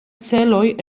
celoj